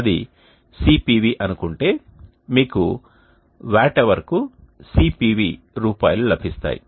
అది CPV అనుకుంటే మీకు వాట్ అవర్ కు CPV రూపాయలు లభిస్తాయి